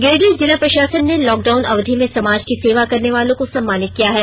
गिरिडीह जिला प्रशासन ने लॉक डाउन अवधि में समाज की सेवा करने वालों को सम्मानित किया है